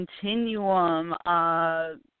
Continuum